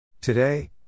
Today